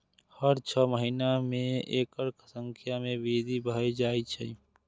हर छह महीना मे एकर संख्या मे वृद्धि भए जाए छै